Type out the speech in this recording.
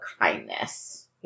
kindness